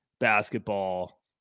basketball